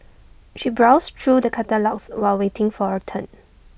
she browsed through the catalogues while waiting for her turn